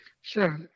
Sure